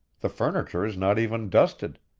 the furniture is not even dusted.